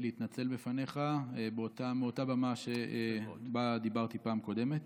אני רוצה להתנצל בפניך מאותה במה שבה דיברתי פעם קודמת.